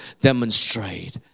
demonstrate